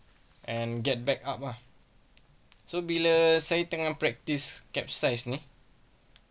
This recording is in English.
and get back up ah so bila saya tengah practice capsize ini